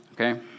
okay